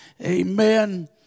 Amen